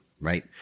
right